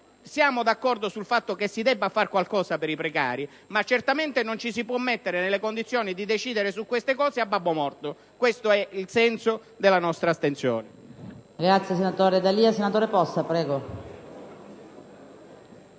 Siamo d'accordo sul fatto che si debba fare qualcosa per i precari, ma certamente non ci si può mettere nelle condizioni di decidere su questi fatti a babbo morto. Questo è il senso della nostra astensione.